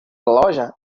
loja